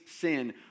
sin